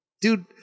Dude